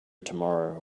tomorrow